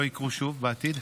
לא יקרו שוב בעתיד.